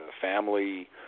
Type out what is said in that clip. family